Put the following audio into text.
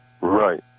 Right